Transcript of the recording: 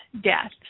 death